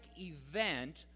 event